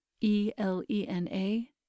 E-L-E-N-A